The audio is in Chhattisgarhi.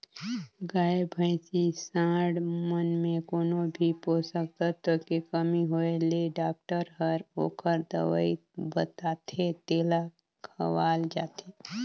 गाय, भइसी, सांड मन में कोनो भी पोषक तत्व के कमी होय ले डॉक्टर हर ओखर दवई बताथे तेला खवाल जाथे